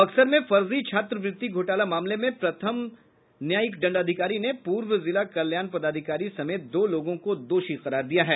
बक्सर में फर्जी छात्रवृत्ति घोटाले मामले में प्रथम न्यायिक दंडाधिकारी ने पूर्व जिला कल्याण पदाधिकारी समेत दो लोगों को दोषी करार दिया है